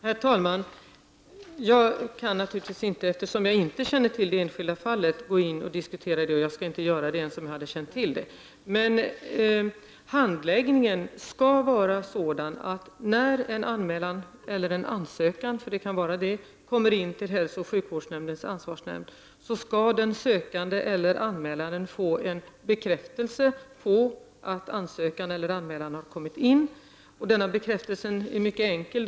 Herr talman! Eftersom jag inte känner till det enskilda fallet kan jag inte diskutera det, och jag skulle inte göra det ens om jag hade känt till det. Handläggningen skall vara sådan att när en anmälan — eller en ansökan, eftersom det kan vara en sådan — kommer in till hälsooch sjukvårdens ansvarsnämnd skall den sökande eller anmälaren få en bekräftelse på att ansökan eller anmälan har kommit in. Denna bekräftelse är mycket enkel.